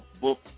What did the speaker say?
book